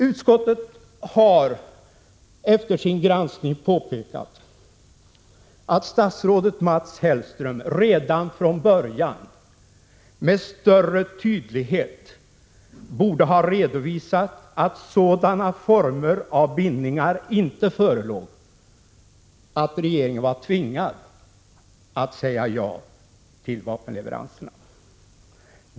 Utskottet har efter sin granskning påpekat att statsrådet Mats Hellström redan från början med större tydlighet borde ha redovisat att sådana former av bindningar inte förelåg att regeringen var tvingad att säga ja till vapenleveranserna.